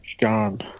gone